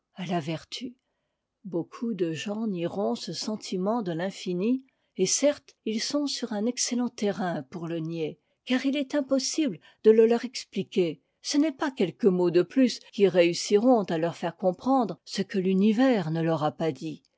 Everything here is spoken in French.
à la vertu beaucoup de gens nieront ce sentiment de l'infini et certes ils sont sur un excellent terrain pour le nier car il est impossible de le leur expliquer ce n'est pas quelque mots de plus qui réussiront à leur faire comprendre ce que l'univers ne leur a pas dit